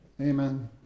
Amen